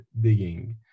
digging